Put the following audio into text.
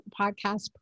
podcast